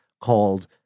called